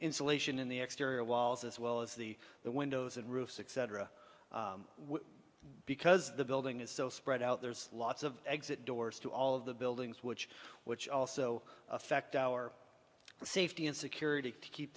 insulation in the exterior walls as well as the the windows and roof six because the building is so spread out there's lots of exit doors to all of the buildings which which also affect our safety and security to keep